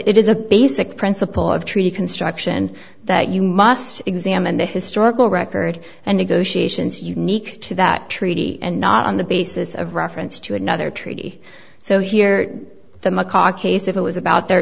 it is a basic principle of treaty construction that you must examine the historical record and negotiations unique to that treaty and not on the basis of reference to another treaty so here the macaw case if it was about their